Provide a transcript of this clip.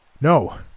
No